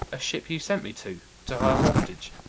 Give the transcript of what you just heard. a ship you sent me to, to hire waftage.